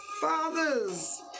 Fathers